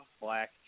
Black